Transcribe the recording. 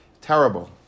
Terrible